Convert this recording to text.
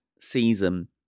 season